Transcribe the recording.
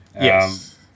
Yes